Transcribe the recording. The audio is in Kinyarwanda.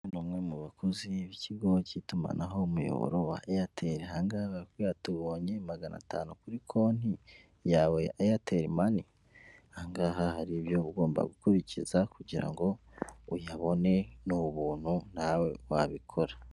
Ni umwe mu bakozi b'ikigo cy'itumanaho umuyoboro wa eyateli aha ngaha barakubwira bati ubonye magana atanu kuri konti yawe ya eyateli mani aha ngaha hari ibyo ugomba gukurikiza kugira uyabone n'ubuntu nawe wabikora.